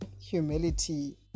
humility